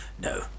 No